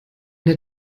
der